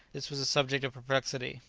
this was a subject of perplexity.